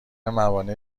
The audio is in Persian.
موانع